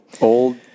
old